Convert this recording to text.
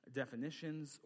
definitions